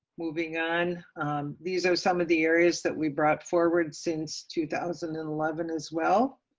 moving on these are some of the areas that we brought forward since two thousand and eleven as well,